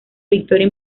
victoria